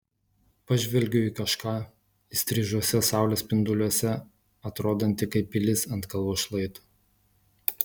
pažvelgiu į kažką įstrižuose saulės spinduliuose atrodantį kaip pilis ant kalvos šlaito